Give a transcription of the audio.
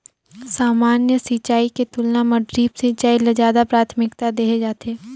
सामान्य सिंचाई के तुलना म ड्रिप सिंचाई ल ज्यादा प्राथमिकता देहे जाथे